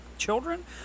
children